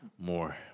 More